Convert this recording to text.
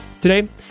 Today